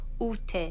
Ute